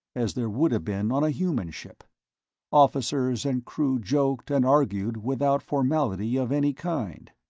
as there would have been on a human ship officers and crew joked and argued without formality of any kind.